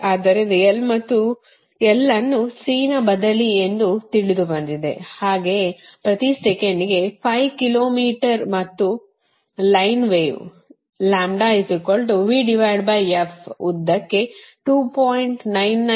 ಆದ್ದರಿಂದ L ಅನ್ನು C ನ ಬದಲಿ ಎಂದು ತಿಳಿದುಬಂದಿದೆ ಹಾಗೆಯೆ ಪ್ರತಿ ಸೆಕೆಂಡಿಗೆ 5 ಕಿಲೋ ಮೀಟರ್ ಮತ್ತು ಲೈನ್ ವೇವ್ ಉದ್ದಕ್ಕೆ 2